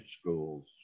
schools